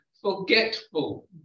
forgetful